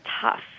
tough